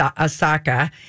Osaka